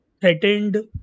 threatened